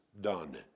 done